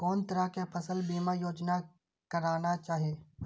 कोन तरह के फसल बीमा योजना कराना चाही?